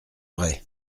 vrai